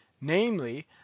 namely